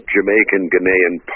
Jamaican-Ghanaian